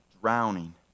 drowning